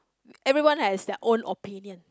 everyone has their own opinion